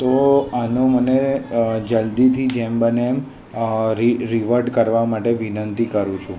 તો આનો મને જલ્દીથી જેમ બને એમ રિવર્ટ કરવા માટે વિનંતી કરું છું